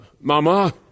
Mama